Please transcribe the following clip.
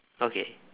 okay